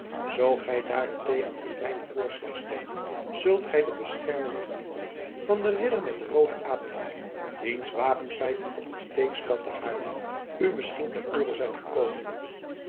zoo gij daarentegen in mijnen voorslag stemt zult gij de bescherming genieten van den ridder met den rooden adelaar wiens wapenfeiten op het steekspel te haarlem u misschien ter oore zijn gekomen